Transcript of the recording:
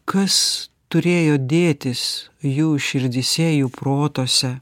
kas turėjo dėtis jų širdyse jų protuose